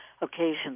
occasions